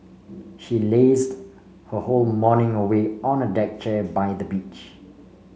she lazed her whole morning away on a deck chair by the beach